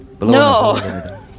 No